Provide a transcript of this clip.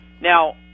Now